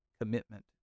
commitment